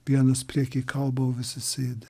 vienas prieky kalba o visi sėdi